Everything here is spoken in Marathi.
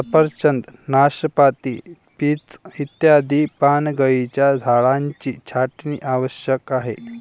सफरचंद, नाशपाती, पीच इत्यादी पानगळीच्या झाडांची छाटणी आवश्यक आहे